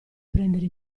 prendere